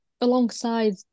Alongside